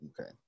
Okay